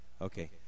okay